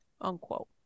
Unquote